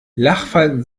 lachfalten